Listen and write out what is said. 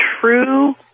true